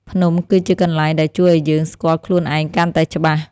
ភ្នំគឺជាកន្លែងដែលជួយឱ្យយើងស្គាល់ខ្លួនឯងកាន់តែច្បាស់។